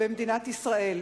במדינת ישראל.